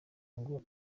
ngo